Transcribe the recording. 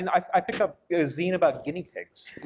and i picked up a zine about guinea pigs, you